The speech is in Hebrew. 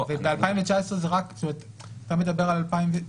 וב-2019 זה רק, זאת אומרת, אתה מדבר על 2019,